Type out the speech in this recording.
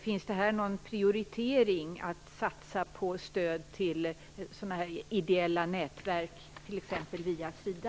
Finns det här någon prioritering när det gäller att satsa på stöd till ideella nätverk, t.ex. via SIDA?